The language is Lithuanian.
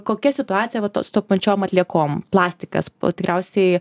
kokia situacija va to su tom pačiom atliekom plastikas o tikriausiai